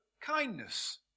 kindness